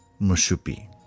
Mushupi